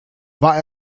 war